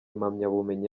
impamyabumenyi